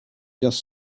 just